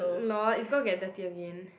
lor it's gonna get dirty again